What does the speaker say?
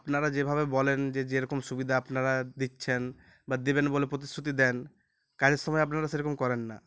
আপনারা যেভাবে বলেন যে যেরকম সুবিধা আপনারা দিচ্ছেন বা দেবেন বলেো প্রতিশ্রুতি দেন কাজের সময় আপনারা সেরকম করেন না